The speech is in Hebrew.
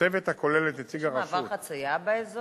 צוות הכולל את נציג הרשות, יש מעברי חצייה באזור?